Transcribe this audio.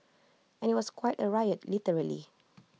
and IT was quite A riot literally